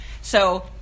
So-